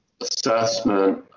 assessment